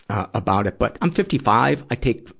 about it. but, i'm fifty five. i take